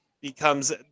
becomes